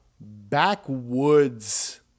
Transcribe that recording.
backwoods